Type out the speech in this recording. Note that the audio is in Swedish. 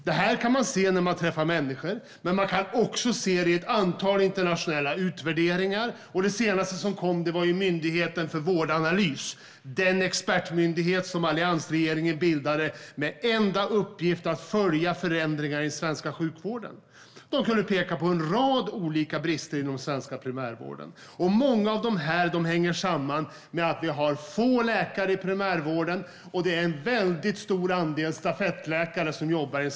Detta kan man se när man träffar människor men också i ett antal internationella utvärderingar. Den senaste utvärderingen kom från Myndigheten för vård och omsorgsanalys, den expertmyndighet som alliansregeringen bildade och vars enda uppgift är att följa förändringar i den svenska sjukvården. De kunde peka på en rad olika brister inom den svenska primärvården. Många av dessa hänger samman med att vi har få läkare och en väldigt stor andel stafettläkare i primärvården.